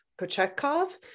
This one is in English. Kochetkov